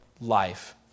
life